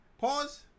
Pause